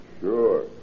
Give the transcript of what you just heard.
Sure